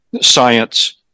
science